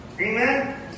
Amen